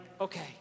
okay